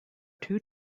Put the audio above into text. two